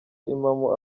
impamo